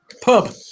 Pub